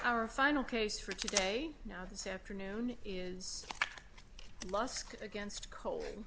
our final case for today now this afternoon is lask against co